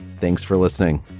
thanks for listening